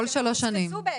כל שלוש שנים.